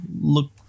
look